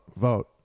vote